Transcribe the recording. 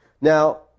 Now